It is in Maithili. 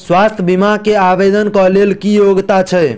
स्वास्थ्य बीमा केँ आवेदन कऽ लेल की योग्यता छै?